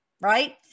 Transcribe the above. right